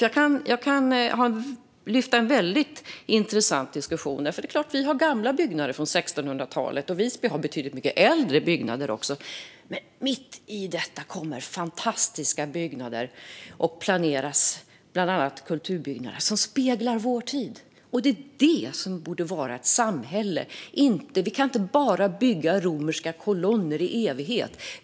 Jag kan lyfta fram en väldigt intressant diskussion. Det är klart att Karlskrona har gamla byggnader från 1600-talet, och Visby har betydligt äldre byggnader. Men mitt i detta planeras bland annat fantastiska kulturbyggnader som speglar vår tid, och så borde det vara i samhället. Vi kan inte bara bygga romerska kolonner i evighet.